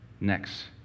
next